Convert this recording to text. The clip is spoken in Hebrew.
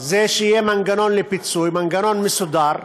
זה שיהיה מנגנון לפיצוי, מנגנון מסודר,